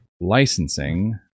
licensing